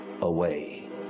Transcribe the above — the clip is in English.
away